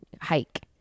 hike